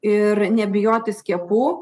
ir nebijoti skiepų